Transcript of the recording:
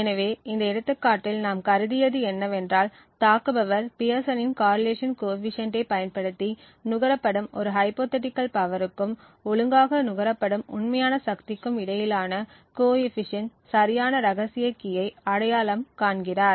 எனவே இந்த எடுத்துக்காட்டில் நாம் கருதியது என்னவென்றால் தாக்குபவர் பியர்சனின் காரிலேஷன் கோஎபிசியன்ட்டை பயன்படுத்தி நுகரப்படும் ஒரு ஹைப்போதீட்டிகள் பவருக்கும் ஒழுங்காக நுகரப்படும் உண்மையான சக்திக்கும் இடையிலான கோஎபிசியன்ட் சரியான ரகசிய கீ யை அடையாளம் காண்கிறார்